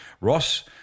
Ross